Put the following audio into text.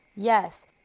Yes